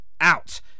out